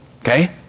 Okay